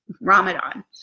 Ramadan